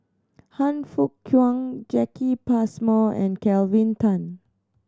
Han Fook Kwang Jacki Passmore and Kelvin Tan